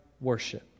worship